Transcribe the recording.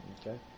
Okay